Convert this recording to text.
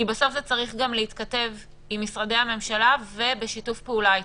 כי בסוף זה צריך גם להתכתב עם משרדי הממשלה ובשיתוף פעולה איתם.